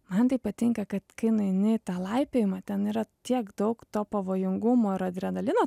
man tai patinka kad kai nueini į tą laipiojimą ten yra tiek daug to pavojingumo ir adrenalino